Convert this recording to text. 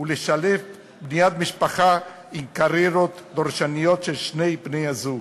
ולשלב בניית משפחה עם קריירות דורשניות של שני בני-הזוג,